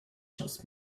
just